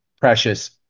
Precious